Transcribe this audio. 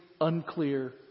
unclear